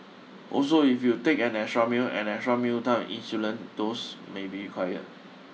also if you take an extra meal an extra mealtime insulin dose may be required